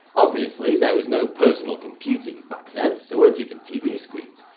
obviously there was no personal computing back then, there weren't even tv screens.